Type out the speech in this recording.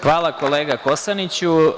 Hvala, kolega Kosaniću.